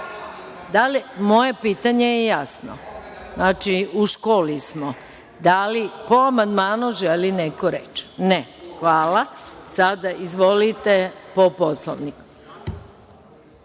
pitanje je jasno. Znači, u školi smo. Da li po amandmanu želi neko reč? (Ne)Hvala. Sada, izvolite, po Poslovniku.